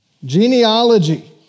genealogy